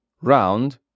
round